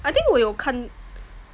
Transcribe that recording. I think 我有看